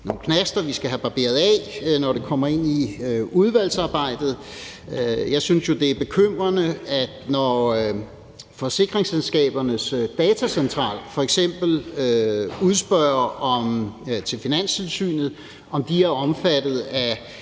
nogle knaster, vi skal have barberet af, når det kommer ind i udvalgsarbejdet. Jeg synes jo, det er bekymrende, når Forsikringsselskabernes Datacentral f.eks. udspørger Finanstilsynet, om de er omfattet af